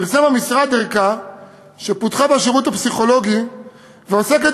פרסם המשרד ערכה שפותחה בשירות הפסיכולוגי ועוסקת